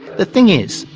the thing is,